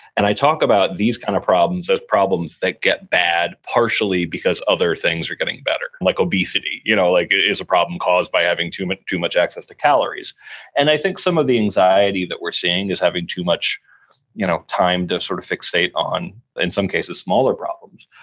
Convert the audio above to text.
and i talk about these kind of problems as problems that get bad partially because other things are getting better, like obesity you know like obesity is a problem caused by having too much too much access to calories and i think some of the anxiety that we're seeing is having too much you know time to sort of fixate on, in some cases, smaller problems,